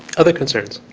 other concerns?